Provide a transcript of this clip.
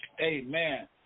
amen